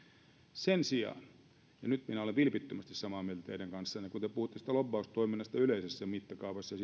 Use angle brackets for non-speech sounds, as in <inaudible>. sen sijaan ja nyt minä olen vilpittömästi samaa mieltä teidän kanssanne kun te puhuitte siitä lobbaustoiminnasta yleisessä mittakaavassa ja <unintelligible>